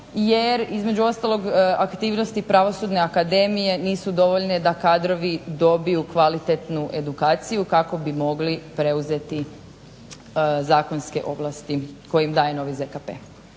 jer između ostalog aktivnosti pravosudne akademije nisu dovoljne da kadrovi dobiju kvalitetnu edukaciju kako bi mogli preuzeti zakonske ovlasti koje im daje novi ZKP.